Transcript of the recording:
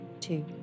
Two